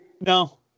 No